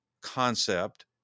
concept